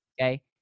Okay